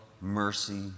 mercy